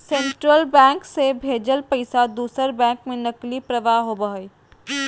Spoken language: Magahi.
सेंट्रल बैंक से भेजल पैसा दूसर बैंक में नकदी प्रवाह होबो हइ